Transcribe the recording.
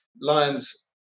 Lions